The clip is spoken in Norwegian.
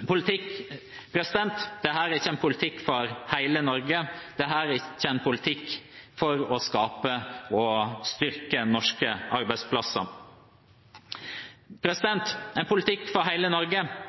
Dette er ikke en politikk for hele Norge, dette er ikke en politikk for å skape og styrke norske arbeidsplasser. En politikk for hele Norge